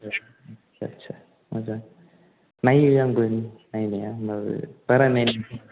आदसा मोजां नायो आंबो नायनाया होमब्लाबो बारा नाया